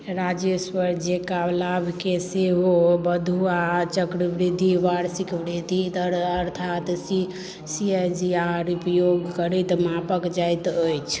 राजेस्वर जकाँ लाभकेँ सेहो बधुआ चक्रवृद्धि वार्षिक वृद्धि दर अर्थात C C A G R उपयोग करैत मापल जाइत अछि